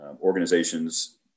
organizations